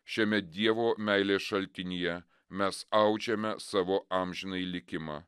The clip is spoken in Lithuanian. šiame dievo meilės šaltinyje mes audžiame savo amžinąjį likimą